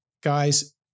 guys